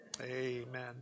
amen